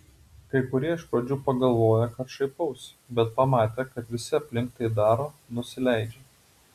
kai kurie iš pradžių pagalvoja kad šaipausi bet pamatę kad visi aplink tai daro nusileidžia